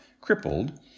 crippled